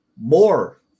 more